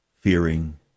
fearing